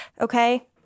okay